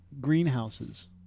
greenhouses